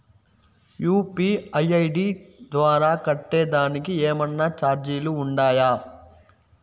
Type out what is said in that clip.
UPI ID ద్వారా కట్టేదానికి ఏమన్నా చార్జీలు ఉండాయా?